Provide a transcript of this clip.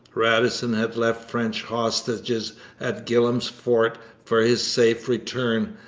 radisson had left french hostages at gillam's fort for his safe return,